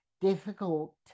difficult